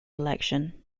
election